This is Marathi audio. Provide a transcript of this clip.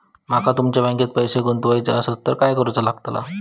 माका तुमच्या बँकेत पैसे गुंतवूचे आसत तर काय कारुचा लगतला?